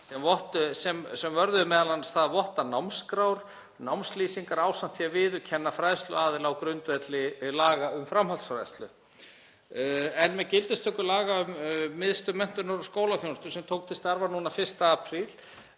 sem vörðuðu m.a. það að votta námskrár og námslýsingar ásamt því að viðurkenna fræðsluaðila á grundvelli laga um framhaldsfræðslu. En með gildistöku laga um Miðstöð menntunar og skólaþjónustu, sem tók til starfa 1. apríl,